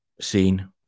seen